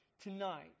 Tonight